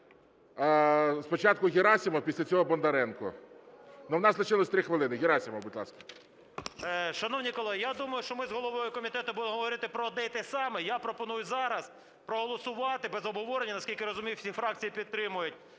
Спочатку Герасимов, після цього Бондаренко. У нас лишилося 3 хвилини. Герасимов, будь ласка. 14:57:05 ГЕРАСИМОВ А.В. Шановні колеги, я думаю, що ми з головою комітету будемо говорити про одне і те саме. Я пропоную зараз проголосувати без обговорення, наскільки я розумію, всі фракції підтримують,